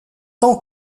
tant